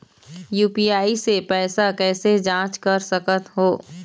UPI से पैसा कैसे जाँच कर सकत हो?